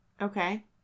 Okay